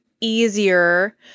easier